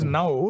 now